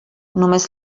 només